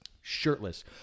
Shirtless